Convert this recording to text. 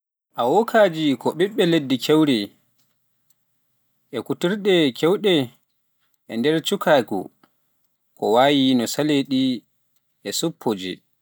Awokaaji ko ɓiɗɓe leɗɗe keewɗe (eey, ko ɓiɗɓe leɗɗe!) e kuutorɗe keewɗe e nder cukaagu, ko wayi no Saladeeji, e Suppuuji